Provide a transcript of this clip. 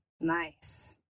Nice